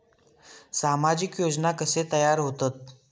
सामाजिक योजना कसे तयार होतत?